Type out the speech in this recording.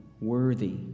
worthy